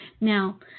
Now